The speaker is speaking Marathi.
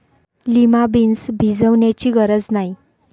लिमा बीन्स भिजवण्याची गरज नाही